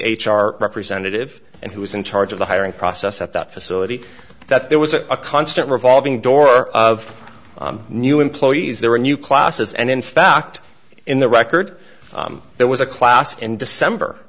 r representative and who was in charge of the hiring process at that facility that there was a constant revolving door of new employees there were new classes and in fact in the record there was a class in december